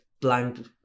blank